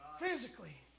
physically